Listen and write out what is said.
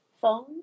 phone